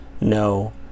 no